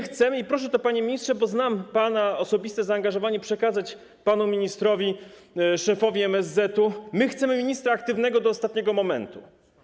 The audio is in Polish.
Chcemy - i proszę to, panie ministrze, bo znam pana osobiste zaangażowanie, przekazać panu ministrowi, szefowi MSZ-u - ministra aktywnego do ostatniego momentu.